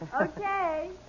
Okay